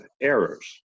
errors